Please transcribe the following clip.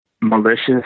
malicious